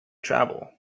travel